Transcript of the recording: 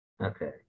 Okay